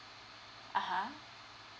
(uh huh)